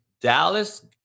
Dallas